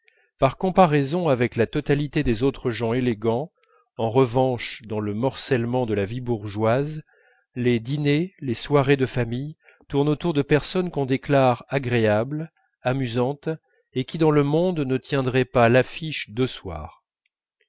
par comparaison avec la totalité des autres gens élégants en revanche dans le morcellement de la vie bourgeoise les dîners les soirées de famille tournent autour de personnes qu'on déclare agréables amusantes et qui dans le monde ne tiendraient pas